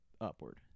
upward